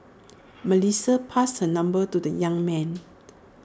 Melissa passed her number to the young man